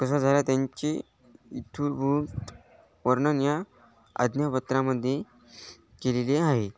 कसा झाला त्यांची इठूरभूत वर्णन या आज्ञापत्रामध्ये केलेले आहे